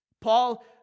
Paul